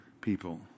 people